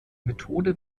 methode